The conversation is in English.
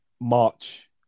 March